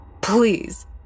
please